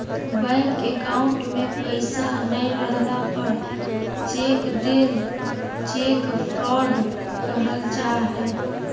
bank account में पैसा नय रहला पर चेक देल चेक फ्रॉड कहल जा हइ